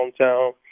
hometown